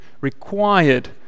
required